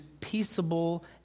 peaceable